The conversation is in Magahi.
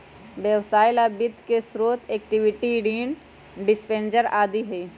व्यवसाय ला वित्त के स्रोत इक्विटी, ऋण, डिबेंचर आदि हई